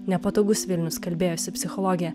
nepatogus vilnius kalbėjosi psichologė